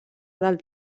del